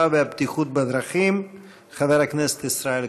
והבטיחות בדרכים חבר הכנסת ישראל כץ.